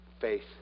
faith